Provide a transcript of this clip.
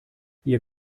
ihr